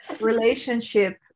relationship